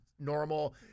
normal